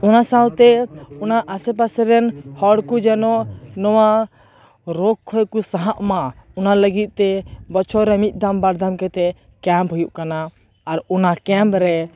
ᱚᱱᱟ ᱥᱟᱶᱛᱮ ᱚᱱᱟ ᱟᱥᱮ ᱯᱟᱥᱮᱨᱮᱱ ᱦᱚᱲ ᱠᱚ ᱡᱮᱱᱚ ᱱᱚᱶᱟ ᱨᱳᱜ ᱠᱷᱚᱡ ᱠᱚ ᱥᱟᱦᱟᱜ ᱢᱟ ᱚᱱᱟ ᱞᱟᱹᱜᱤᱫ ᱛᱮ ᱵᱚᱪᱷᱚᱨ ᱨᱮ ᱢᱤᱫ ᱫᱷᱟᱢ ᱵᱟᱨ ᱫᱷᱟᱢ ᱠᱟᱛᱮᱫ ᱠᱮᱢᱯ ᱦᱩᱭᱩᱜ ᱠᱟᱱᱟ ᱟᱨ ᱚᱱᱟ ᱠᱮᱢᱯ ᱨᱮ